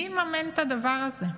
מי יממן את הדבר הזה?